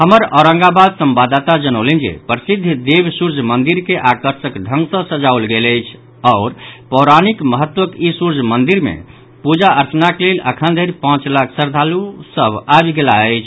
हमर औरंगाबाद संवाददाता जनौलनि जे प्रसिद्ध देव सूर्य मंदिर के आकर्षक ढंग सॅ सजाओल गेल अछि आओर पौराणिक महत्वक ई सूर्य मंदिर मे पूजा अर्चनाक लेल अखन धरि पांच लाख श्रद्धालु सभ आवि गेलाह अछि